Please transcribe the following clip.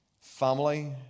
family